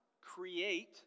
create